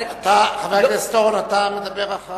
חבר הכנסת אורון, אתה מדבר אחריו כמסתייג.